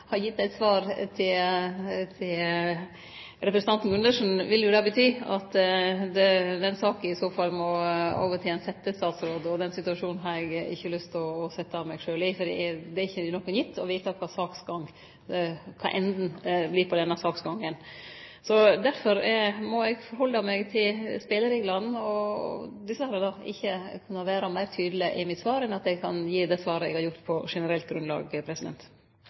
gitt eit svar til representanten Gundersen, ville jo det bety at den saka i så fall må over til ein settestatsråd. Den situasjonen har eg ikkje lyst til å setje meg sjølv i, for det er ikkje nokon gitt å vite kva enden vert på denne saksgangen. Derfor må eg halde meg til spelereglane og kan dessverre ikkje vere meir tydeleg i mitt svar enn det eg har svart på generelt grunnlag.